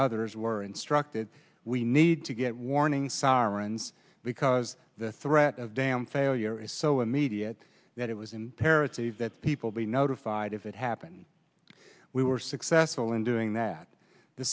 others were instructed we need to get warning sirens because the threat of dam failure is so immediate that it was in terraces that people be notified if it happened we were successful in doing that the